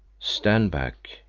stand back,